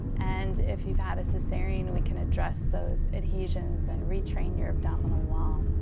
and if you've had a so caesarian, we can address those adhesions and retrain your abdominal wall.